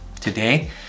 Today